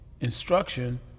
instruction